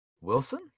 Wilson